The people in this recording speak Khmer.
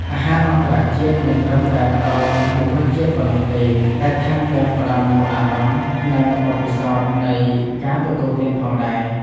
អាហារអន្តរជាតិមិនត្រឹមតែផ្ដល់នូវរសជាតិប៉ុណ្ណោះទេ តែថែមទាំងផ្ដល់នូវអារម្មណ៍ និងបទពិសោធន៍នៃការទទួលទានផងដែរ។